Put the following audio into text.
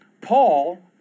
Paul